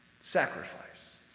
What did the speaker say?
sacrifice